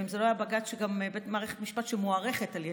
ואם זו גם לא הייתה מערכת משפט שמוערכת על ידי,